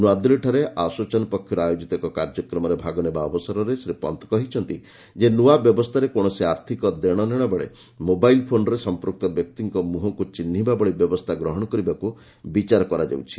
ନୂଆଦିଲ୍ଲୀଠାରେ ଆସୋଚାନ୍ ପକ୍ଷରୁ ଆୟୋଜିତ ଏକ କାର୍ଯ୍ୟକ୍ରମରେ ଭାଗ ନେବା ଅବସରରେ ଶ୍ରୀ ପନ୍ତ୍ କହିଛନ୍ତି ଯେ ନୂଆ ବ୍ୟବସ୍ଥାରେ କୌଣସି ଆର୍ଥିକ ଦେଶନେଣ ବେଳେ ମୋବାଇଲ୍ ଫୋନ୍ରେ ସମ୍ପୃକ୍ତ ବ୍ୟକ୍ତିଙ୍କ ମୁହଁକୁ ଚିହ୍ନିବା ଭଳି ବ୍ୟବସ୍ଥା ଗ୍ରହଣ କରିବାକୁ ବିଚାର କରାଯାଉଛି